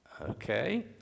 Okay